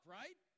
right